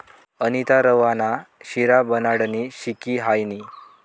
अनीता रवा ना शिरा बनाडानं शिकी हायनी